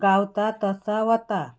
गावता तसा वता